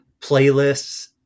playlists